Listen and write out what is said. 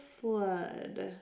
Flood